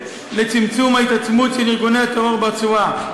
לצמצום ההתעצמות של ארגוני הטרור ברצועה,